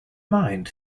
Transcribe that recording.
mind